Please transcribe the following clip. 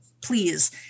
please